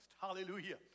Hallelujah